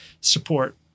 support